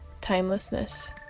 timelessness